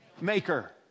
maker